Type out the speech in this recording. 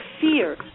fear